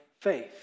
faith